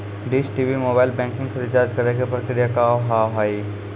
Dish TV mobile banking से recharge करे के प्रक्रिया का हाव हई?